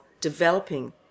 developing